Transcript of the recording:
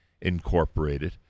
incorporated